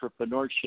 entrepreneurship